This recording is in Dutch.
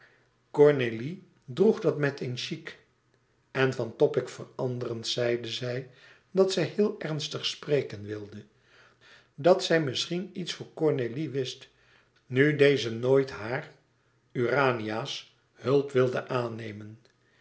cornélie droeg dat met een chic en van topic veranderend zeide zij dat zij heel ernstig spreken wilde dat zij misschien iets voor cornélie wist nu deze nooit haar urania's hulp wilde aannemen